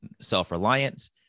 self-reliance